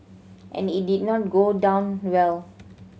and it did not go down well